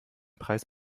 preis